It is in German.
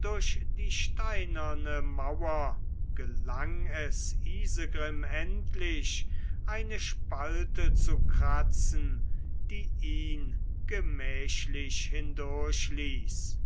durch die steinerne mauer gelang es isegrim endlich eine spalte zu kratzen die ihn gemächlich hindurchließ